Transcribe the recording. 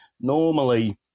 normally